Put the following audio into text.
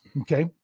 Okay